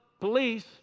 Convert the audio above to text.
police